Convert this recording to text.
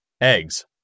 eggs